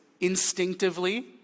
instinctively